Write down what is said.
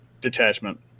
Detachment